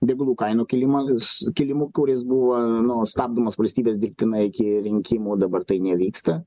degalų kainų kilimas kilimu kuris buvo nu stabdomas valstybės dirbtinai iki rinkimų dabar tai nevyksta